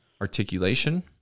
articulation